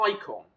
icon